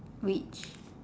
which